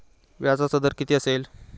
व्याजाचा दर किती असेल?